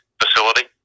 facility